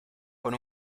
con